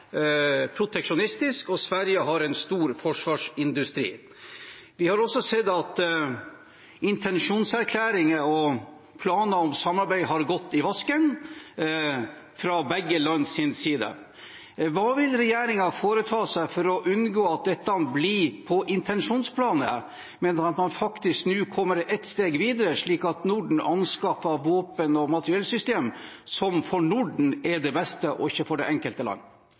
proteksjonistisk, og Sverige har en stor forsvarsindustri. Vi har også sett at intensjonserklæringer og planer om samarbeid har gått i vasken fra begge lands side. Hva vil regjeringen foreta seg for å unngå at dette blir på intensjonsplanet, men at man faktisk nå kommer et steg videre, slik at Norden anskaffer våpen og materiellsystemer som er det beste for Norden, og ikke for det enkelte land?